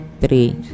three